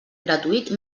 gratuït